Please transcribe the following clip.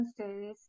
ustedes